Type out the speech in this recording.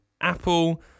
Apple